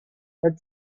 had